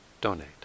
donate